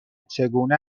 چگونه